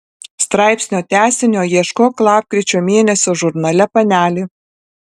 straipsnio tęsinio ieškok lapkričio mėnesio žurnale panelė